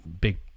big